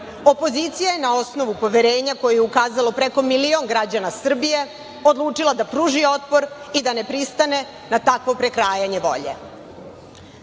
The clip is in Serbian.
opozicija je na osnovu poverenja koje joj je ukazalo preko milion građana Srbije odlučila da pruži otpor i da ne pristane na takvo prekrajanje volje. To